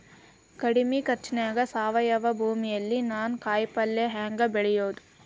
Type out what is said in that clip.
ಕಡಮಿ ಖರ್ಚನ್ಯಾಗ್ ಸಾವಯವ ಭೂಮಿಯಲ್ಲಿ ನಾನ್ ಕಾಯಿಪಲ್ಲೆ ಹೆಂಗ್ ಬೆಳಿಯೋದ್?